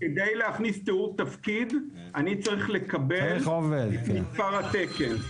כדי להכניס תיאור תפקיד אני צריך לקבל את מספר התקן.